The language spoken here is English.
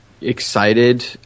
excited